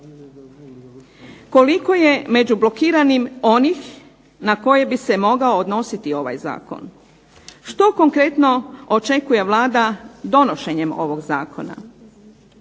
koliko je među blokiranim onih na koje bi se mogao odnositi ovaj zakon, što konkretno očekuje Vlada donošenjem ovog zakona.